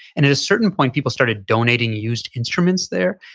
and at a certain point people started donating used instruments there.